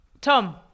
Tom